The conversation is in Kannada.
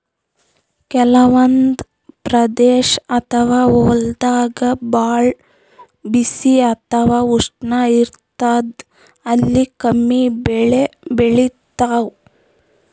ಕೆಲವಂದ್ ಪ್ರದೇಶ್ ಅಥವಾ ಹೊಲ್ದಾಗ ಭಾಳ್ ಬಿಸಿ ಅಥವಾ ಉಷ್ಣ ಇರ್ತದ್ ಅಲ್ಲಿ ಕಮ್ಮಿ ಬೆಳಿ ಬೆಳಿತಾವ್